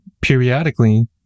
periodically